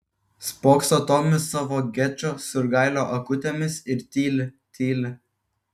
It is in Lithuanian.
spokso tomis savo gečo surgailio akutėmis ir tyli tyli